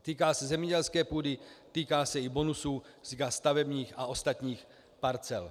Týká se zemědělské půdy, týká se i bonusů, týká se i stavebních a ostatních parcel.